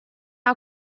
our